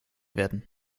werden